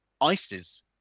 ISIS